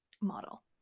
model